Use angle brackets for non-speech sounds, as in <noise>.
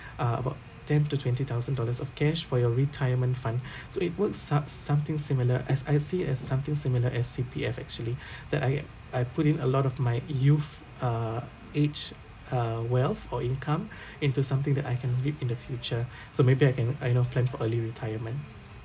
uh about ten to twenty thousand dollars of cash for your retirement fund <breath> so it works some something similar as I see it as something similar as C_P_F actually <breath> that I I put in a lot of my youth uh age uh wealth or income <breath> into something that I can reap in the future <breath> so maybe I can ah you know plan for early retirement